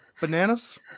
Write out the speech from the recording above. Bananas